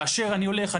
כאשר אני הולך,